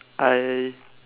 I